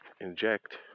inject